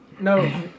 No